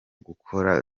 gukora